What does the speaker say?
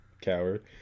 Coward